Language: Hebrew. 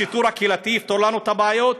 השיטור הקהילתי יפתור לנו את הבעיות?